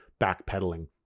backpedaling